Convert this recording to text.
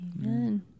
Amen